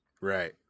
right